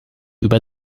über